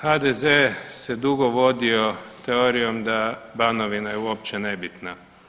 HDZ se dugo vodio teorijom da Banovina je uopće nebitna.